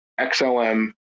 xlm